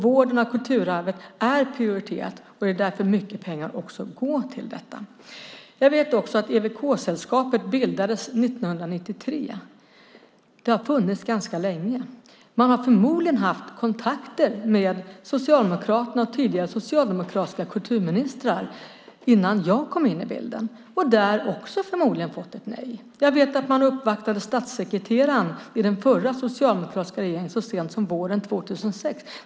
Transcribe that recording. Vården av kulturarvet är prioriterat, och det är också därför mycket pengar går till detta. Jag vet också att EWK-sällskapet bildades 1993. Det har funnits ganska länge. Man har förmodligen haft kontakter med Socialdemokraterna och tidigare socialdemokratiska kulturministrar innan jag kom in i bilden och förmodligen fått nej där också. Jag vet att man uppvaktade statssekreteraren i den förra, socialdemokratiska regeringen så sent som våren 2006.